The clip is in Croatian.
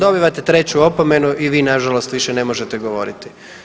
Dobivate 3 opomenu i vi nažalost više ne možete govoriti.